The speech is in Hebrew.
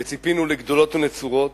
וציפינו לגדולות ונצורות.